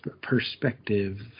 perspective